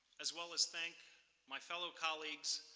as well as thank my fellow colleagues,